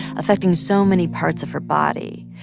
affecting so many parts of her body.